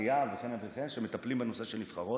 שחייה וכו' שמטפלים בנושא של נבחרות,